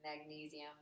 magnesium